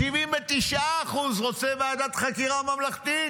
79%, רוצה ועדת חקירה ממלכתית.